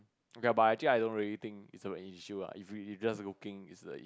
ok lah but I actually I don't really think it's an issue lah if you just looking it's like